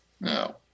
No